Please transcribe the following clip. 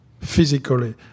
physically